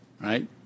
right